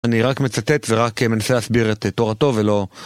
אני רק מצטט ורק מנסה להסביר את תורתו ולא...